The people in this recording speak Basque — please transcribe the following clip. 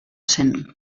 zen